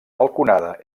balconada